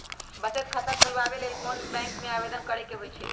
बचत खता खोलबाबे के लेल बैंक में आवेदन करेके होइ छइ